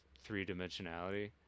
three-dimensionality